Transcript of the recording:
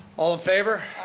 all in favor.